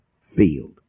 field